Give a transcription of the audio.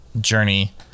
journey